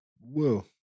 Whoa